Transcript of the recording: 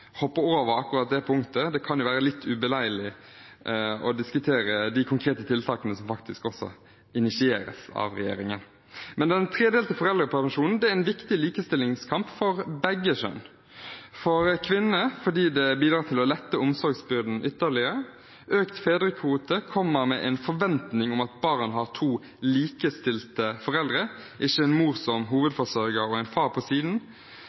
hopper over akkurat det punktet. Det kan jo være litt ubeleilig å diskutere de konkrete tiltakene som faktisk initieres av regjeringen. Den tredelte foreldrepermisjonen er en viktig likestillingskamp for begge kjønn – for kvinnene fordi det bidrar til å lette omsorgsbyrden ytterligere. Økt fedrekvote kommer med en forventning om at barn har to likestilte foreldre, ikke en mor som hovedforsørger og en far på siden,